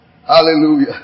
Hallelujah